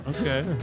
Okay